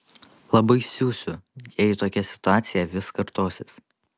labai siusiu jei tokia situacija vis kartosis